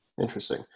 interesting